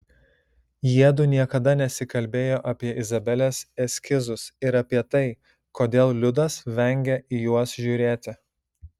jiedu niekada nesikalbėjo apie izabelės eskizus ir apie tai kodėl liudas vengia į juos žiūrėti